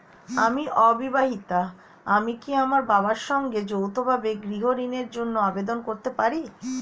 আমি অবিবাহিতা আমি কি আমার বাবার সঙ্গে যৌথভাবে গৃহ ঋণের জন্য আবেদন করতে পারি?